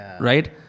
Right